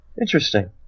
Interesting